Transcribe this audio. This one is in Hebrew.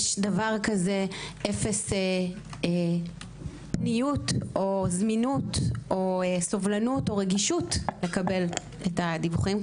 יש דבר כזה אפס פניות או זמינות או סובלנות או רגישות לקבל את הדיווחים.